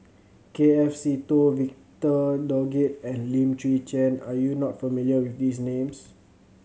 K F Seetoh Victor Doggett and Lim Chwee Chian are you not familiar with these names